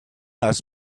ask